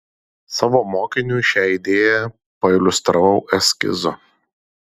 savo mokiniui šią idėją pailiustravau eskizu